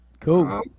Cool